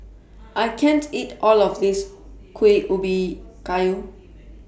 I can't eat All of This Kuih Ubi Kayu